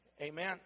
amen